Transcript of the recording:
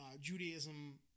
Judaism